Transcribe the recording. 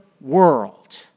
world